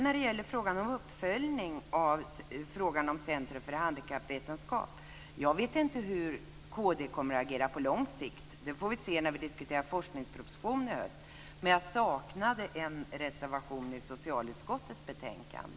När det gäller detta med uppföljning av frågan om Centrum för handikappvetenskap så vet inte jag hur kd kommer att agera på lång sikt. Det får vi se när vi diskuterar forskningspropositionen i höst. Men jag saknade en reservation i socialutskottets betänkande.